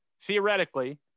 theoretically